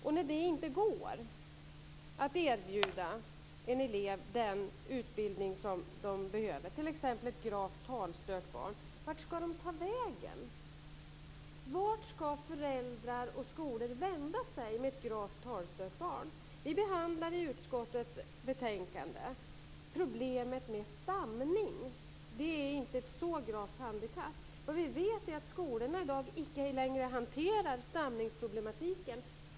Och när det inte går att erbjuda en elev den utbildning som den behöver, t.ex. ett gravt talstört barn, vart ska de då ta vägen? Vart ska föräldrar och skolor vända sig med ett gravt talstört barn? I utskottets betänkande behandlar vi problemet med stamning. Det är inte ett så gravt handikapp. Men vi vet att skolorna i dag inte längre hanterar stamningsproblemen.